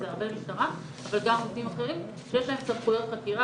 זה הרבה משטרה אבל גם גופים אחרים שיש להם סמכויות חקירה.